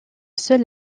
seule